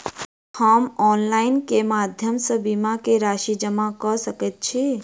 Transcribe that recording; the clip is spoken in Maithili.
हम ऑनलाइन केँ माध्यम सँ बीमा केँ राशि जमा कऽ सकैत छी?